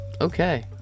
okay